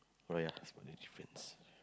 oh ya spelling difference